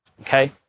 okay